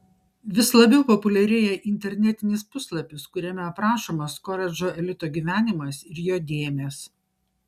vis labiau populiarėja internetinis puslapis kuriame aprašomas koledžo elito gyvenimas ir jo dėmės